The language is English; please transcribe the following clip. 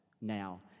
now